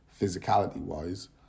physicality-wise